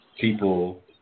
people